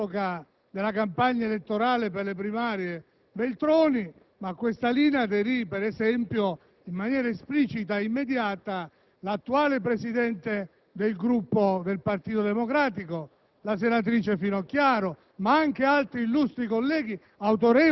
retromarce. Su questa linea si espresse Veltroni all'epoca della campagna elettorale per le primarie e a questa linea aderì, per esempio, in maniera esplicita e immediata, l'attuale presidente del Gruppo del Partito Democratico,